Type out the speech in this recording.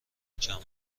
محکم